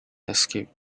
escape